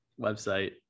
website